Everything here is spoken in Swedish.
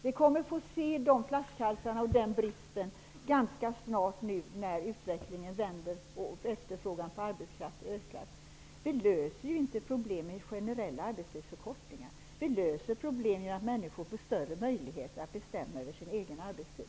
Vi kommer att få se de flaskhalsarna och den bristen ganska snart nu när utvecklingen vänder och efterfrågan på arbetskraft ökar. Vi löser inte problemen med generella arbetstidsförkortningar. Vi löser problemen genom att människor får större möjlighet att bestämma över sin egen arbetstid.